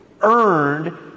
earned